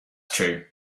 true